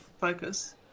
focus